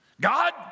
God